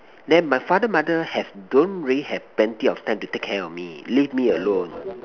then my father mother have don't really have plenty of time to take care of me leave me alone